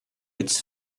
its